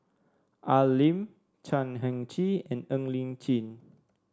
Al Lim Chan Heng Chee and Ng Li Chin